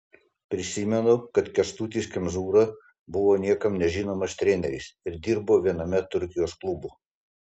prisimenu kad kęstutis kemzūra buvo niekam nežinomas treneris ir dirbo viename turkijos klubų